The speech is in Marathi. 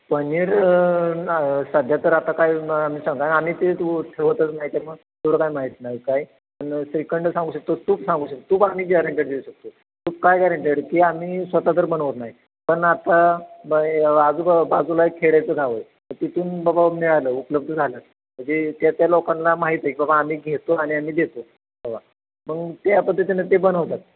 पनीर ना सध्या तर आता काय आम्ही आम्ही ते तू ठेवतच नाही त्यामुळं तेवढं काय माहीत नाही काय पण श्रीखंड सांगू शकतो तूप सांगू शक तूप आम्ही गॅरेंटेड देऊ शकतो तूप काय गॅरेंटेड की आम्ही स्वतः तर बनवत नाही पण आता आजूब बाजूला एक खेड्याचं गाव आहे तिथून बाबा मिळालं उपलब्ध झालं म्हणजे त्या त्या लोकांना माहीत आहे की बाबा आम्ही घेतो आणि आम्ही देतो तेव्हा मग त्या पद्धतीनं ते बनवतात